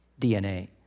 DNA